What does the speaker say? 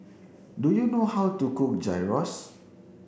do you know how to cook Gyros